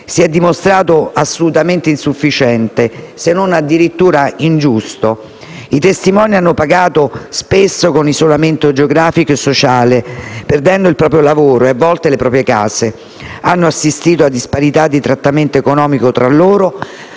si è dimostrato assolutamente insufficiente, se non addirittura ingiusto. I testimoni hanno pagato spesso con l'isolamento geografico e sociale, perdendo il proprio lavoro e a volte le proprie case. Hanno assistito a disparità di trattamento economico tra loro,